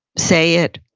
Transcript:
say it,